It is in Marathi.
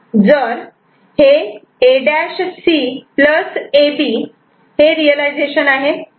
जर हे A' C A B realisation आहे